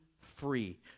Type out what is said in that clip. free